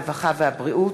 הרווחה והבריאות,